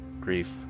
grief